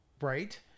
Right